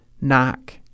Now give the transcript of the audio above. Knock